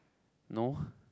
no